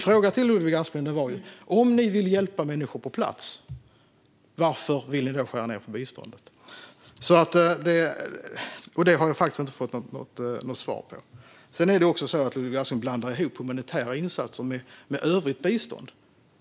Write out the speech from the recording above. Om Sverigedemokraterna vill hjälpa människor på plats, Ludvig Aspling, varför vill ni skära ned på biståndet? Jag har inte fått något svar. Ludvig Aspling blandar ihop humanitära insatser med övrigt bistånd.